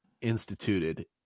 instituted